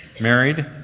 married